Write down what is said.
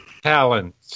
talents